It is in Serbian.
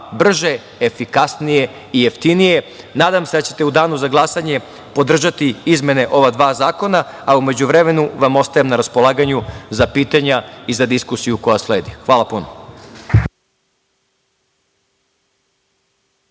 brže, efikasnije i jeftinije. Nadam se da ćete u danu za glasanje podržati izmene ova dva zakona, a u međuvremenu vam ostajem na raspolaganju za pitanja i za diskusiju koja sledi. Hvala puno.